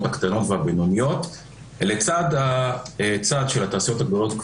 הקטנות והבינוניות לצד הצד של התעשיות הגדולות,